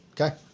Okay